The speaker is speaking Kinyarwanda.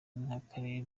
nk’akarere